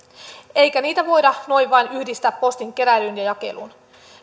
eikä niitä voida noin vain yhdistää postin keräilyyn ja jakeluun